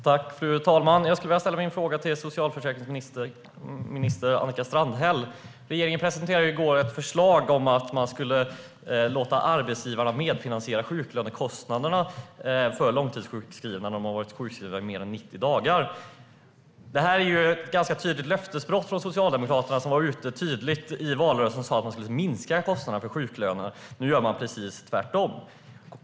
Fru talman! Jag skulle vilja ställa min fråga till socialförsäkringsminister Annika Strandhäll. Regeringen presenterade i går ett förslag om att låta arbetsgivarna medfinansiera sjuklönekostnaderna för långtidssjukskrivna när man har varit sjukskriven i mer än 90 dagar. Detta är ett ganska tydligt löftesbrott från Socialdemokraterna, som var ute och sa tydligt i valrörelsen att man skulle minska kostnaderna för sjuklönerna. Nu gör man precis tvärtom.